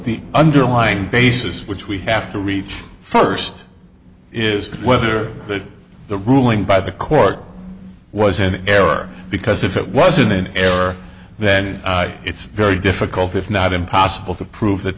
the underlying basis which we have to reach first is whether the ruling by the court was an error because if it wasn't an error then it's very difficult if not impossible to prove that